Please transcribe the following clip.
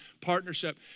partnership